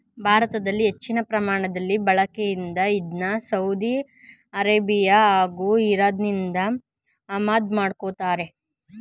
ಭಾರತದಲ್ಲಿ ಹೆಚ್ಚಿನ ಪ್ರಮಾಣದಲ್ಲಿ ಬಳಕೆಯಿದೆ ಇದ್ನ ಸೌದಿ ಅರೇಬಿಯಾ ಹಾಗೂ ಇರಾನ್ನಿಂದ ಆಮದು ಮಾಡ್ಕೋತಾರೆ